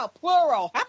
plural